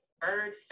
bird